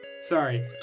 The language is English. Sorry